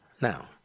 Now